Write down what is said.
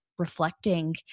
Reflecting